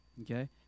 Okay